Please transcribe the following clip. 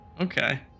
okay